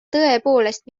tõepoolest